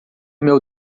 meu